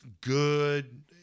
good